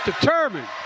Determined